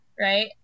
right